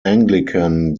anglican